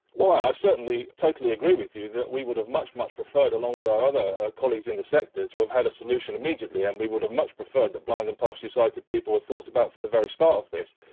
well i ah certainly certainly totally agree with you that we would have much, much preferred along with our other colleagues in the sector to have had a solution immediately. and we would have much preferred that blind and partially sighted people were thought about from the very start of this.